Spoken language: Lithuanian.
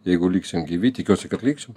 jeigu liksim gyvi tikiuosi kad liksim